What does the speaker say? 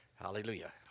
Hallelujah